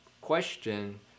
question